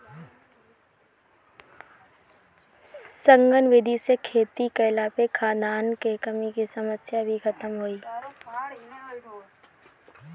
सघन विधि से खेती कईला पे खाद्यान कअ कमी के समस्या भी खतम होई